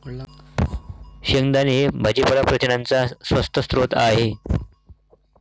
शेंगदाणे हे भाजीपाला प्रथिनांचा स्वस्त स्रोत आहे